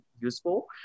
useful